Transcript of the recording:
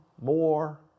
more